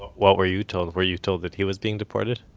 what were you told? were you told that he was being deported?